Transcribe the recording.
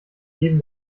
neben